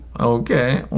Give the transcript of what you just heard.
okay.